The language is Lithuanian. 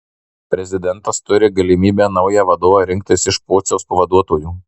prezidentas turi galimybę naują vadovą rinktis iš pociaus pavaduotojų